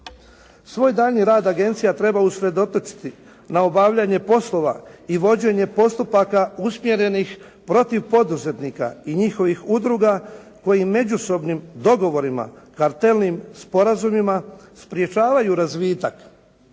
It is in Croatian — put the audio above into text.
Svoj daljnji rad agencija treba usredotočiti na obavljanje poslova i vođenje postupaka usmjerenih protiv poduzetnika i njihovih udruga koji međusobnim dogovorima, kartelnim sporazumima sprječavaju razvitak